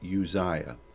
Uzziah